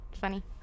Funny